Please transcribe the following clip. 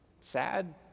sad